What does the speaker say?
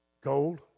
gold